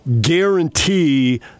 guarantee